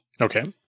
Okay